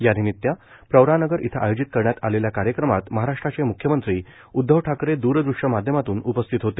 यानिमित्त प्रवरानगर इथं आयोजित करण्यात आलेल्या कार्यक्रमात महाराष्ट्राचे मुख्यमंत्री उद्वव ठाकरे द्रदृष्य माध्यमातून उपस्थित होते